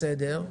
בסדר,